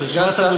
את רשימת המוצרים,